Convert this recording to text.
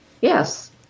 Yes